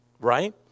Right